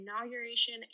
inauguration